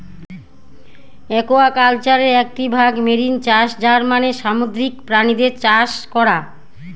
একুয়াকালচারের একটি ভাগ মেরিন চাষ যার মানে সামুদ্রিক প্রাণীদের চাষ করা